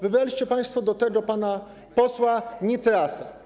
Wybraliście państwo do tego pana posła Nitrasa.